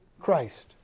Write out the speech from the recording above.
Christ